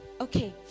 Okay